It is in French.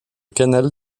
canal